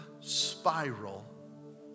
spiral